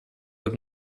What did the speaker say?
have